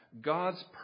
God's